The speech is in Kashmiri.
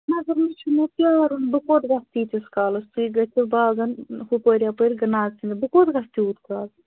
مگر مےٚ چھُنہٕ حَظ پیارُن بہٕ کوٚت گژھِ تیٖتِس کالس تُہۍ گژھِو باغن ہُپٲر یپٲر نژنہِ بہٕ کوٚت گژھٕ تیوٗت کال